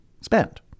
spend